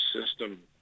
system